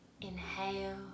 Inhale